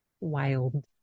Wild